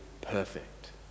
perfect